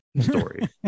story